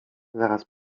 zaraz